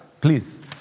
Please